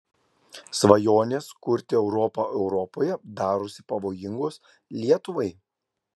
svajonės kurti europą europoje darosi pavojingos lietuvai